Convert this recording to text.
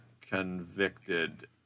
convicted